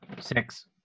Six